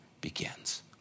begins